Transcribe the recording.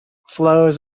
flows